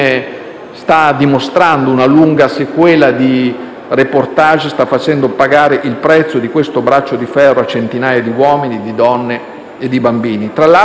sta dimostrando una lunga serie di *reportage* - sta facendo pagare il prezzo di questo braccio di ferro a centinaia di uomini, donne e bambini